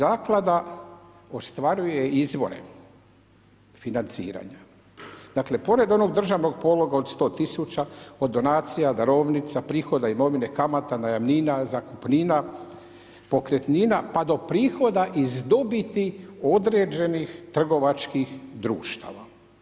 Naime, zaklada ostvaruje izvore financiranja, dakle pored onog državnog pologa od 100 000 od donacija, darovnica, prihoda imovine kamata, najamnina, zakupnina, pokretnina pa do prihoda iz dobiti određenih trgovačkih društava.